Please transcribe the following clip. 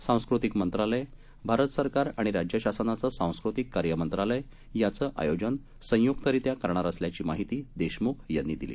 सांस्कृतिकमंत्रालय भारतसरकारआणिराज्यशासनाचंसांस्कृतिककार्यमंत्रालययाचआयोजनसंय्क्तरित्याकरणारअ सल्याचीमाहितीदेशम्खयांनीदिली